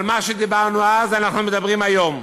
על מה שדיברנו אז אנחנו מדברים היום.